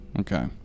Okay